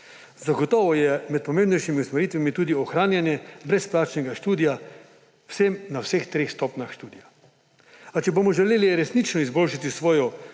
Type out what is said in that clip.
Zagotovo je med pomembnejšimi usmeritvami tudi ohranjanje brezplačnega študija vsem na vseh treh stopnjah študija. A če bomo želeli resnično izboljšati svojo